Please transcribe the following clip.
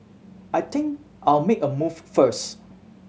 I think I'll make a move first